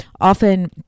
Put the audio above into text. often